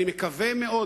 אני מקווה מאוד,